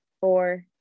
four